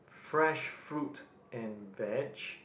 fresh fruit and vege